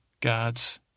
gods